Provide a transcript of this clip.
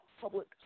public